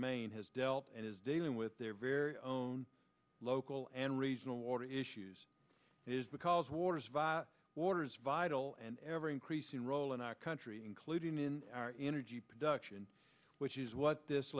maine has dealt and is dealing with their very own local and regional water issues is because orders via orders vital an ever increasing role in our country including in our energy production which is what this